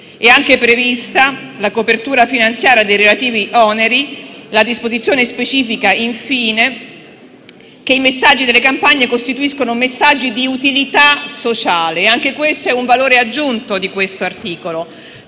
È anche prevista la copertura finanziaria dei relativi oneri. La disposizione specifica, infine, che i messaggi delle campagne costituiscono messaggi di utilità sociale; anche questo è un valore aggiunto del